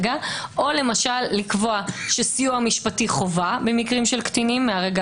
או למשל לקבוע שסיוע משפטי חובה במקרים של קטינים מהרגע